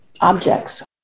objects